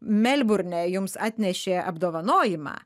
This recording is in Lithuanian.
melburne jums atnešė apdovanojimą